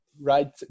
right